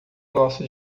nosso